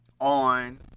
on